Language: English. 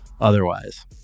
otherwise